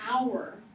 hour